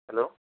hello